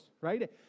right